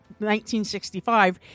1965